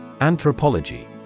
Anthropology